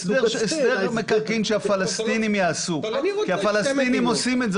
הסדר מקרקעין שהפלסטינים יעשו כי הם עושים את זה